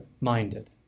minded